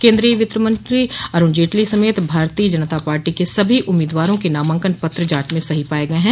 केन्द्रीय वित्त मंत्री अरूण जेटली समेत भारतीय जनता पार्टी के सभी उम्मीदवारों के नामांकन पत्र जांच में सही पाये गये हैं